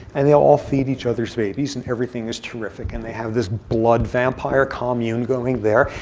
and they all feed each other's babies, and everything is terrific. and they have this blood vampire commune going there.